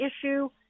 issue